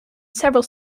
several